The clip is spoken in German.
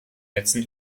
netzen